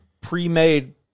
pre-made